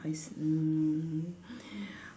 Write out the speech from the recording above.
I s~ mm